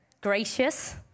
gracious